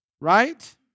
Right